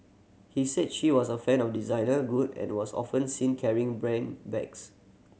he said she was a fan of designer good and was often seen carrying branded bags